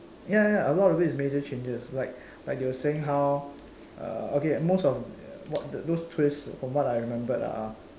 ya ya a lot of it is major changes like like they were saying how uh okay most of wh~ those twists from what I remembered are